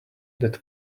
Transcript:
that